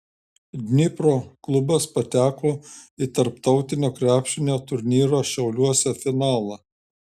dnipro klubas pateko į tarptautinio krepšinio turnyro šiauliuose finalą